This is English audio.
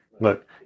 Look